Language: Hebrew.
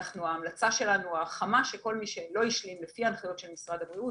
ההמלצה החמה שלנו היא שכל מי שלא השלים לפי הנחיות משרד הבריאות